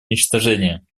уничтожения